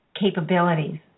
capabilities